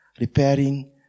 repairing